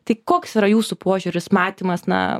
tai koks yra jūsų požiūris matymas na